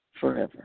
forever